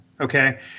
Okay